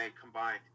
combined